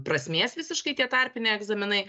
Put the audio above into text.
prasmės visiškai tie tarpiniai egzaminai